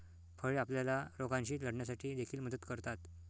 फळे आपल्याला रोगांशी लढण्यासाठी देखील मदत करतात